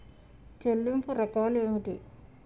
చెల్లింపు రకాలు ఏమిటి?